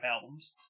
albums